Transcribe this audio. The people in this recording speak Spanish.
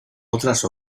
otras